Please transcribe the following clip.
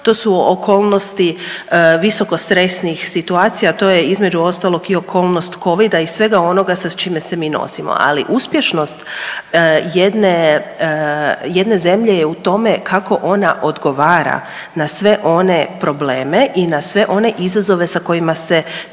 to su okolnosti visokostresnih situacija, to je između ostalog i okolnost covida i svega onoga s čime se mi nosimo. Ali uspješnost jedne zemlje je u tome kako ona odgovara na sve one probleme i na sve one izazove sa kojima se treba